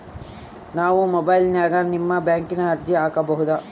ನಾವು ಮೊಬೈಲಿನ್ಯಾಗ ನಿಮ್ಮ ಬ್ಯಾಂಕಿನ ಅರ್ಜಿ ಹಾಕೊಬಹುದಾ?